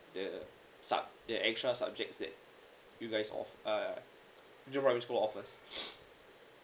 the sub~ the extra subjects that you guys offe~ uh jurong primary schools' offered